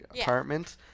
apartment